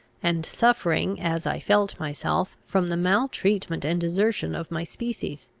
and suffering, as i felt myself, from the maltreatment and desertion of my species.